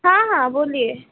हाँ हाँ बोलिए